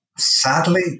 Sadly